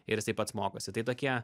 ir jisai pats mokosi tai tokie